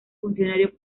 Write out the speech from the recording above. funcionario